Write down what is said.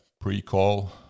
pre-call